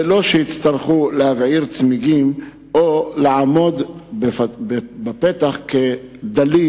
בלא שיצטרכו להבעיר צמיגים או לעמוד בפתח כעניים וכדלים.